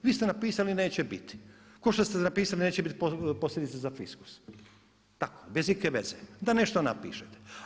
Vi ste napisali neće biti, ko što ste napisali da neće biti posljedica za fiskus, tako bez ikakve veze da nešto napišete.